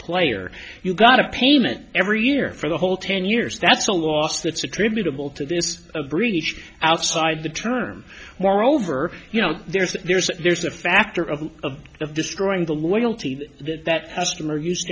player you got a payment every year for the whole ten years that's a loss that's attributable to this breach outside the term moreover you know there's there's there's a factor of of of destroying the loyalty that that system are used